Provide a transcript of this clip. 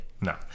no